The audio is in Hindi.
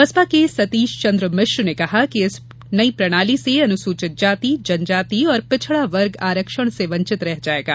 बसपा के सतीश चन्द्र मिश्र ने कहा कि इस नई प्रणाली से अनुसूचित जाति जनजाति और पिछड़ावर्ग आरक्षण से वंचित रह जायेगा